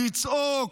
לצעוק,